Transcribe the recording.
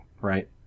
right